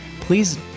please